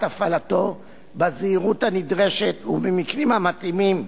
הפעלתו בזהירות הנדרשת ובמקרים המתאימים.